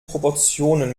proportionen